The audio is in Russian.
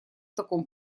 таком